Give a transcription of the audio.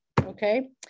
okay